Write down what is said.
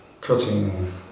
cutting